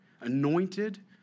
anointed